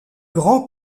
grand